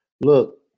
Look